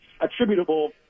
attributable